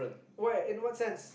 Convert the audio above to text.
what in what sense